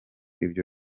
ibyo